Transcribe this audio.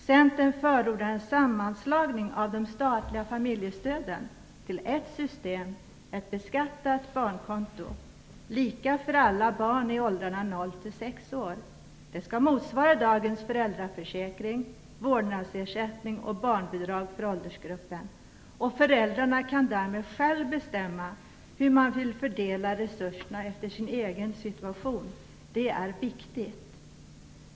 Centern förordar en sammanslagning av de statliga familjestöden till ett system: ett beskattat barnkonto lika för alla barn i åldern 0-6 år. Det skall motsvara dagens föräldraförsäkring, vårdnadsersättning och barnbidrag för åldersgruppen. Föräldrarna kan därmed själva bestämma hur de vill fördela resurserna efter sin egen situation. Det är viktigt.